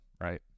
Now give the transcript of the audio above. right